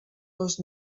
les